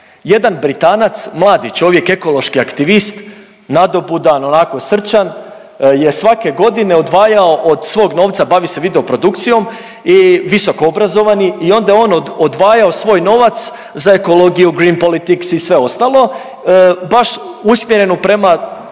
Jedan Britanac, mladi čovjek, ekološki aktivist, nadobudan, onako srčan je svake godine odvajao od svog novca, bavi se video produkcijom i visoko obrazovani i onda je on odvajao svoj novac za ekologiju, green politics i sve ostalo. Baš usmjereno prema